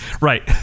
Right